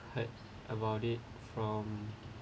heard about it from